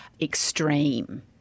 extreme